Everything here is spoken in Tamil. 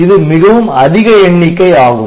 இது மிகவும் அதிக எண்ணிக்கை ஆகும்